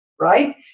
right